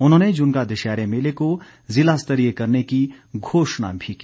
उन्होंने जुन्गा दशहरे मेले का जिला स्तरीय करने की घोषणा की